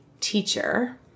teacher